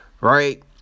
Right